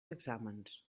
exàmens